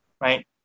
Right